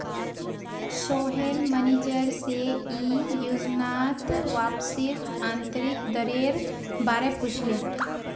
Sohail manager से ई योजनात वापसीर आंतरिक दरेर बारे पुछले